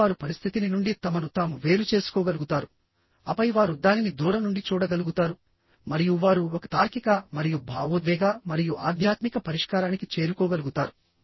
ఈ SQ వారు పరిస్థితిని నుండి తమను తాము వేరు చేసుకోగలుగుతారు ఆపై వారు దానిని దూరం నుండి చూడగలుగుతారు మరియు వారు ఒక తార్కిక మరియు భావోద్వేగ మరియు ఆధ్యాత్మిక పరిష్కారానికి చేరుకోగలుగుతారు